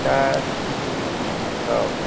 दा औ